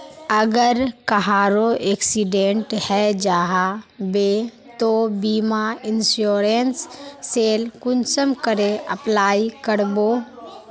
अगर कहारो एक्सीडेंट है जाहा बे तो बीमा इंश्योरेंस सेल कुंसम करे अप्लाई कर बो?